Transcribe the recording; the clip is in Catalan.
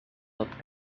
tot